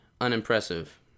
unimpressive